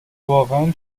واقعن